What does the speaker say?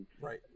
Right